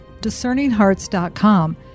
DiscerningHearts.com